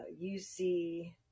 UC